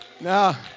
Now